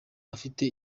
afite